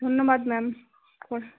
ধন্যবাদ ম্যাম